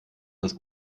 das